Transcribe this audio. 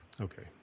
Okay